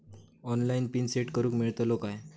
Online PIN set करूक मेलतलो काय?